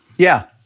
yeah,